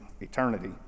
eternity